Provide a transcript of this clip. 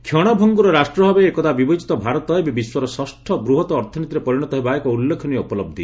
କ୍ଷଣଭଙ୍ଗୁର ରାଷ୍ଟଭାବେ ଏକଦା ବିବେଚିତ ଭାରତ ଏବେ ବିଶ୍ୱର ଷଷ୍ଠ ବୃହତ ଅର୍ଥନୀତିରେ ପରିଣତ ହେବା ଏକ ଉଲ୍ଲେଖନୀୟ ଉପଲହି